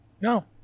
No